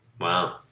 Wow